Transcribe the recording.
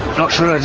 not sure